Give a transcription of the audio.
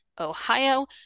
Ohio